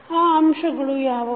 ಆ ಅಂಶಗಳು ಯಾವವು